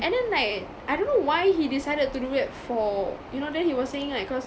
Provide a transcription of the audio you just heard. and then like I don't know why he decided to do it for you know then he was saying like cause